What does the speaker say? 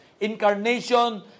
incarnation